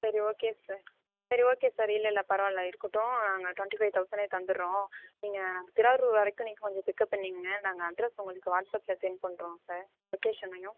சரி okay sir சரி okay sir இல்லை இல்லை பரவாயில்லை இருக்கட்டும் நாங்கள் டுவென்ட்டி ஃபைவ் தௌசனே தந்துடறோம் நீங்கள் திருவாரூர் வரைக்கும் நீங்கள் கொஞ்சம் பிக்அப் பண்ணிக்கோங்க நாங்கள் அட்ரெஸ் உங்களுக்கு வாட்ஸ்அப்பில் செண்ட் பண்ணுறோம் சார் லொக்கேஷனையும்